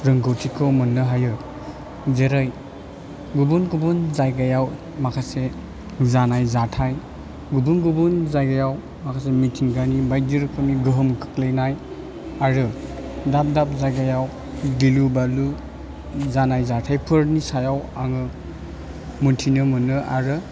रोंगथिखौ मोन्नो हायो जेरै गुबुन गुबुन जाइगायाव माखासे जानाय जाथाइ गुबुन गुबुन जाइगायाव माखासे मिथिंगानि बाइदि रोखोमनि गोहोम खोख्लैनाय आरो दाब दाब जाइगायाव गिलु बालु जानाय जाथाइफोरनि सायाव आङो मिनथिनो मोनो आरो